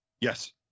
Yes